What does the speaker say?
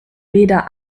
weder